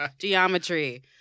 geometry